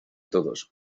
todos